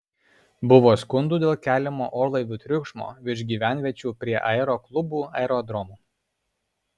buvo skundų dėl keliamo orlaivių triukšmo virš gyvenviečių prie aeroklubų aerodromų